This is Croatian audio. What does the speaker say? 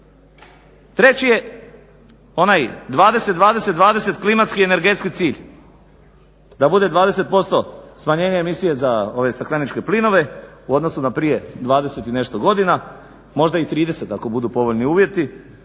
treći je onaj 20/20/20 klimatski energetski cilj, da bude 20% smanjenje emisije za stakleničke plinove u odnosu na prije 20 i nešto godina, možda i 30 ako budu povoljni uvjeti,